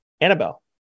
annabelle